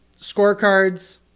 Scorecards